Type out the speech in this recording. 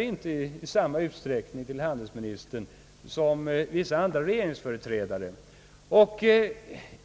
inte lyssnar i samma utsträckning till handelsministern som till vissa andra regeringsföreträdare.